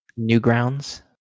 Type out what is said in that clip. Newgrounds